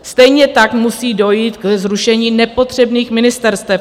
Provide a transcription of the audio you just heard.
Stejně tak musí dojít ke zrušení nepotřebných ministerstev.